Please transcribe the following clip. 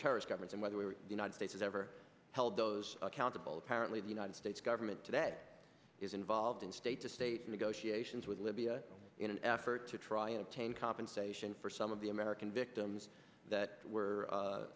terrorist government and whether we are united states has ever held those accountable apparently the united states government today is involved in state to state negotiations with libya in an effort to try and obtain compensation for some of the american victims that